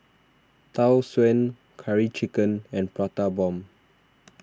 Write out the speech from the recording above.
Tau Suan Curry Chicken and Prata Bomb